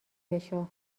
بشو